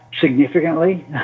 significantly